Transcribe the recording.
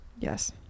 Yes